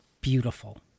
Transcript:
beautiful